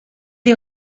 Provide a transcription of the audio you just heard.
est